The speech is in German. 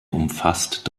umfasst